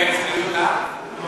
בצלילות דעת?